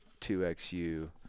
2xu